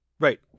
Right